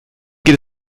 geht